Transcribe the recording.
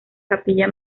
capilla